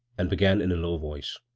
and be gan in a low voice